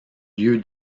lieu